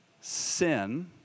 sin